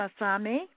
Masami